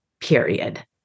period